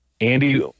Andy